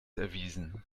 erwiesen